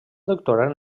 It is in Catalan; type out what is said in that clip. doctorar